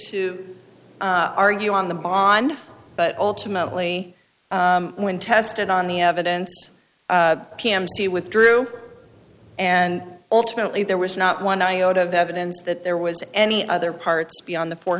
to argue on the bond but ultimately when tested on the evidence p m c withdrew and ultimately there was not one iota of evidence that there was any other parts beyond the four